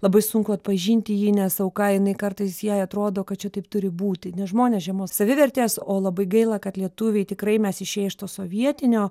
labai sunku atpažinti jį nes auka jinai kartais jai atrodo kad čia taip turi būti nes žmonės žemos savivertės o labai gaila kad lietuviai tikrai mes išėję iš to sovietinio